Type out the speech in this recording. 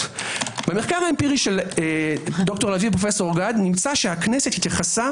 במחקר האמפירי של ד"ר לביא ופרופ' אורגד נמצא שהכנסת התייחסה